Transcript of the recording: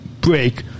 break